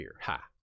Ha